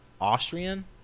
Austrian